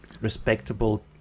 respectable